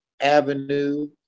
Avenue